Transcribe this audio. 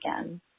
again